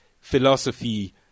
philosophy